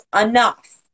enough